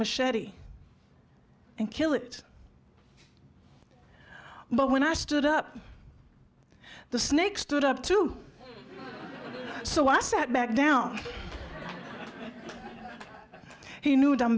machete and kill it but when i stood up the snake stood up to so i sat back down he knew